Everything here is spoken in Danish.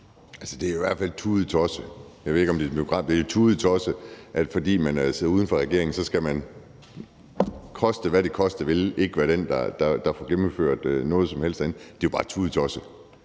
men det er tudetosset, at fordi man sidder uden for regeringen, skal man, koste, hvad det koste vil, ikke være en, der får gennemført noget som helst herinde. Det er jo bare tudetosset.